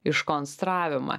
iš konstravimą